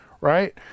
right